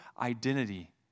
identity